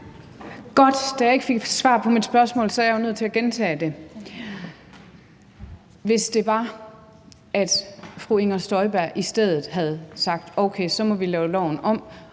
Godt, da jeg ikke fik svar på mit spørgsmål, er jeg nødt til at gentage det. Lad os sige, at fru Inger Støjberg i stedet havde sagt: Okay, så må vi lave loven om,